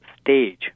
stage